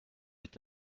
est